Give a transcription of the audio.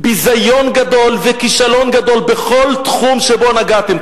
ביזיון גדול וכישלון גדול בכל תחום שבו נגעתם.